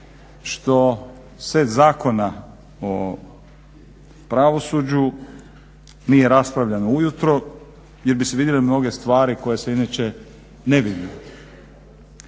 što set Zakona o pravosuđu nije raspravljano ujutro jer bi se vidjele mnoge stvari koje se inače ne vide.